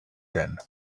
then